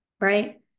right